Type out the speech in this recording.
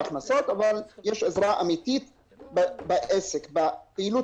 בעסק חדש.